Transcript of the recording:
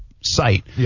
site